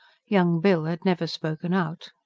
young bill had never spoken out.